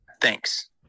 Thanks